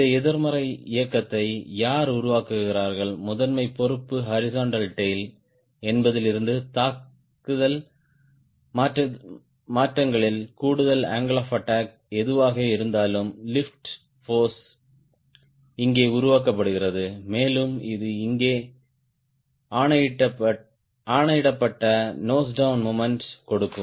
இந்த எதிர்மறை இயக்கத்தை யார் உருவாக்குகிறார்கள் முதன்மை பொறுப்பு ஹாரிஸ்ன்ட்டல் டேய்ல் என்பதிலிருந்து தாக்குதல் மாற்றங்களின் கூடுதல் அங்கிள் ஆப் அட்டாக் எதுவாக இருந்தாலும் லிப்ட் போர்ஸ் இங்கே உருவாக்கப்படுகிறது மேலும் இது இங்கே ஆணையிடப்பட்ட நோஸ் டவுண் மொமெண்ட் கொடுக்கும்